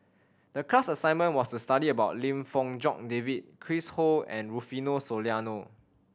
the class assignment was to study about Lim Fong Jock David Chris Ho and Rufino Soliano